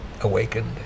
awakened